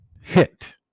hit